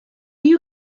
you